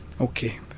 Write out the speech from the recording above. okay